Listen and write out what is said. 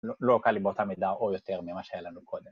לא קל לי באותה מידה או יותר ממה שהיה לנו קודם